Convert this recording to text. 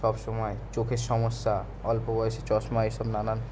সব সময় চোখের সমস্যা অল্প বয়সে চশমা এসব নানান